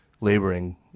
laboring